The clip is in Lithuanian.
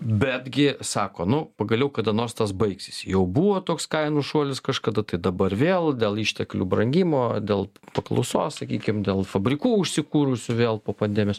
betgi sako nu pagaliau kada nors tas baigsis jau buvo toks kainų šuolis kažkada tai dabar vėl dėl išteklių brangimo dėl paklausos sakykim dėl fabrikų užsikūrusių vėl po pandemijos